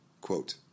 quote